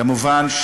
כמובן,